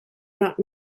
not